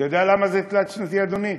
אתה יודע למה זה תלת-שנתי, אדוני?